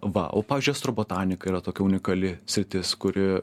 va o pavyzdžiui astrobotanika yra tokia unikali sritis kuri